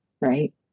right